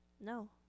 No